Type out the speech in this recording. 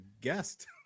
guest